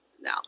now